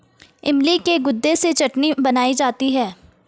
इमली के गुदे से चटनी बनाई जाती है